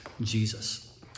Jesus